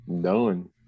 Done